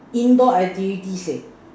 indoor activities eh